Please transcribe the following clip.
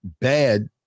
bad